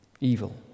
Evil